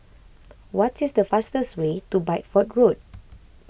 what is the fastest way to Bideford Road